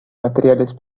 materiales